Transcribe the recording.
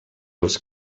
els